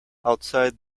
outside